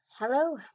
Hello